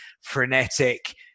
frenetic